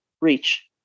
reach